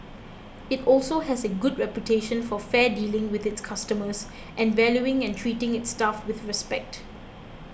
it also has a good reputation for fair dealing with its customers and valuing and treating its staff with respect